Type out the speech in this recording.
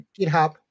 GitHub